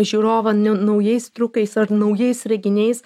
žiūrovą n naujais triukais ar naujais reginiais